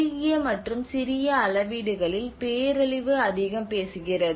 குறுகிய மற்றும் சிறிய அளவீடுகளில் பேரழிவு அதிகம் பேசுகிறது